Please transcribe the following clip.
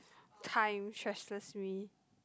time stresses me